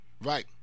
Right